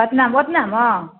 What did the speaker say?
अपना गोतिआमे